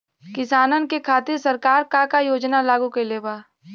किसानन के खातिर सरकार का का योजना लागू कईले बा?